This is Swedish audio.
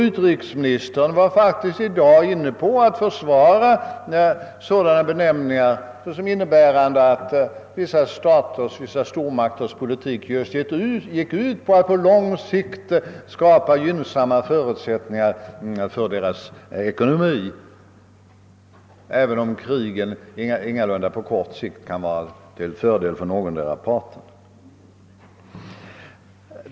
Utrikesministern var faktiskt i dag inne på att försvara sådana benämningar såsom innebärande att vissa stormakters politik just gick ut på att skapa gynnsamma förutsättningar för deras ekonomi på lång sikt, även om krigen ingalunda på kort sikt kan vara till fördel för någondera parten.